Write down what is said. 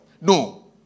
No